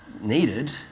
needed